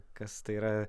kas tai yra